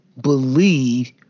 believe